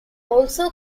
also